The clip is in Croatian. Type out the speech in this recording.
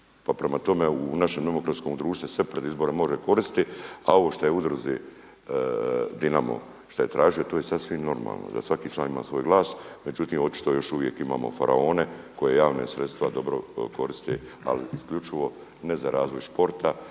Pa prema tome u našem demokratskom društvu sve pred izbore može koristiti a ovo što je udruzi Dinamo šta je tražio to je sasvim normalno da svaki član ima svoj glas, međutim očito još uvijek imamo Faraone koji javna sredstva dobro koriste ali isključivo ne za razvoj športa,